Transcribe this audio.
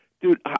dude